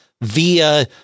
via